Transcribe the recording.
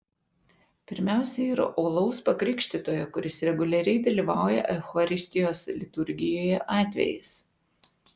pirmiausia yra uolaus pakrikštytojo kuris reguliariai dalyvauja eucharistijos liturgijoje atvejis